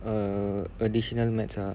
err additional maths ah